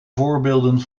voorbeelden